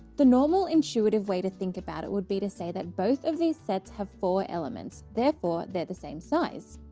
the normal intuitive way to think about it would be to say that both of these sets have four elements, therefore they're the same size.